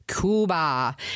Cuba